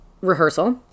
rehearsal